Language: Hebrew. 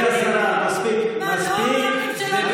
גברתי השרה, מספיק, מספיק.